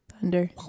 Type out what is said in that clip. Thunder